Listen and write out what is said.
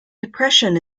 depression